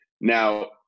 Now